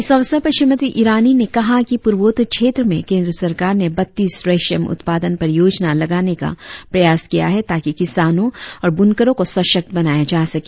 इस अवसर पर श्रीमती ईरानी ने कहा कि पुर्वोत्तर क्षेत्र में केंद्र सरकार ने बत्तीस रेशम उत्पादन परियोजना लगाने का प्रयास किया है ताकि किसानों और बुनकरों को सशक्त बनाया जा सके